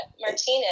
Martinez